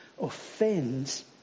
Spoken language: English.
offends